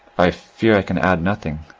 i fear i can add nothing,